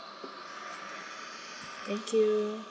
thank you